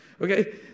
Okay